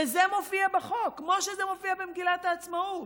וזה מופיע בחוק, כמו שזה מופיע במגילת העצמאות,